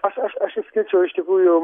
aš aš aš išskirčiau iš tikrųjų